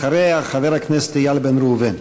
אחריה, חבר הכנסת איל בן ראובן.